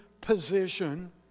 position